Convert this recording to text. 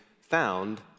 found